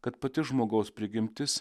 kad pati žmogaus prigimtis